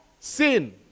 sin